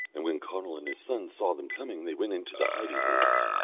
and when conall and his sons saw them coming they went into the hiding holes.